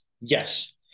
Yes